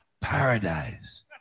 paradise